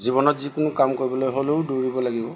জীৱনত যিকোনো কাম কৰিবলৈ হ'লেও দৌৰিব লাগিব